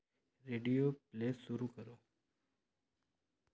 radio play शुरू करो